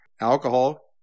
Alcohol